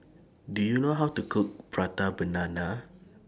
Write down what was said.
Do YOU know How to Cook Prata Banana